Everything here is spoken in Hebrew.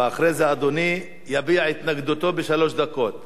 אדוני יביע את התנגדותו בשלוש דקות.